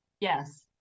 Yes